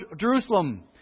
Jerusalem